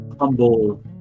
humble